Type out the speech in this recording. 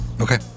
Okay